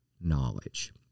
knowledge